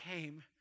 came